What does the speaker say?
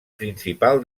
principal